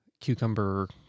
cucumber